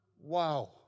Wow